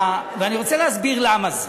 אני רוצה להסביר למה זה: